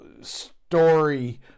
story